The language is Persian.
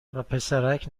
وپسرک